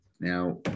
Now